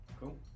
Cool